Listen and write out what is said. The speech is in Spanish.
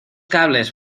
cables